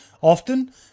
often